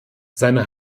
seine